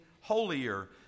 holier